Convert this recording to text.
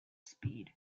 speed